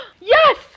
Yes